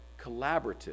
collaborative